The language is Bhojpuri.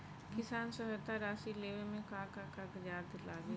किसान सहायता राशि लेवे में का का कागजात लागी?